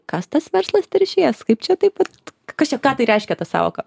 kas tas verslas teršėjas kaip čia taip vat kas čia ką tai reiškia ta sąvoka